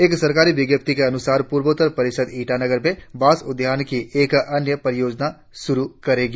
एक सरकारी विज्ञप्ति के अनुसार प्रर्वोत्तर परिषद ईटानगर में बांस उद्यान की एक अन्य परियोजना शुरु करेगी